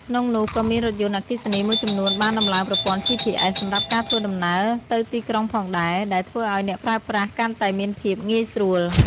ក្នុងនោះក៏មានរថយន្តអគ្គីសនីមួយចំនួនបានតំឡើងប្រព័ន្ធ GPS សម្រាប់ការធ្វើដំណើរទៅទីក្រុងផងដែរ ដែលធ្វើឱ្យអ្នកប្រើប្រាស់កាន់តែមានភាពងាយស្រួល។